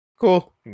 cool